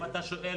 אם אתה שואל,